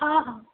ହଁ ହଁ